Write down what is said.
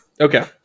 okay